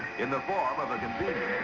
in the form of a convenient